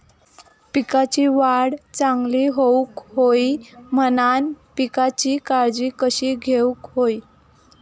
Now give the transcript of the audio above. पिकाची वाढ चांगली होऊक होई म्हणान पिकाची काळजी कशी घेऊक होई?